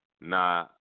Nah